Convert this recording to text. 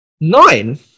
Nine